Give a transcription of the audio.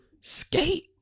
skate